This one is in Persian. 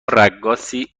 رقاصی